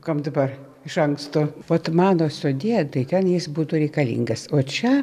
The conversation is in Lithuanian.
kam dabar iš anksto vat mano sode tai ten jis būtų reikalingas o čia